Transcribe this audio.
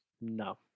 no